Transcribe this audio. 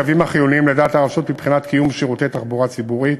קווים החיוניים לדעת הרשות מבחינת קיום שירותי תחבורה ציבורית.